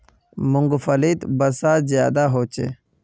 मूंग्फलीत वसा ज्यादा होचे